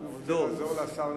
אתה לא צריך לעזור לשר.